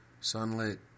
Sunlit